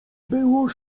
było